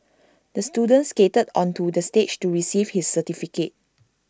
the student skated onto the stage to receive his certificate